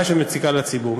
זו בעיה שמציקה לציבור,